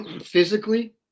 physically